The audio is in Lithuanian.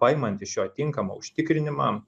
paimant iš jo tinkamą užtikrinimą